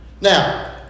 Now